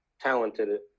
talented